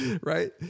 right